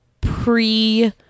pre